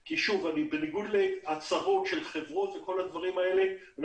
כי בניגוד להצהרות של חברות אחרות אנחנו